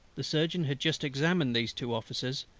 the surgeon had just examined these two officers,